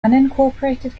unincorporated